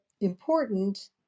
important